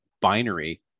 binary